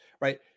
right